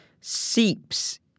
seeps